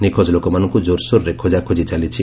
ନିଖୋଜ ଲୋକମାନଙ୍କୁ ଜୋରସୋର୍ରେ ଖୋକାଖୋଜି ଚାଲିଛି